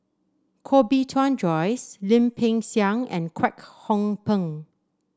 Koh Bee Tuan Joyce Lim Peng Siang and Kwek Hong Png